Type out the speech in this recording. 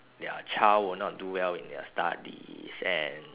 their child will not do well in their studies and